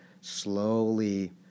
slowly